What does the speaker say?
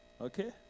Okay